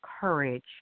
courage